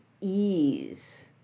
ease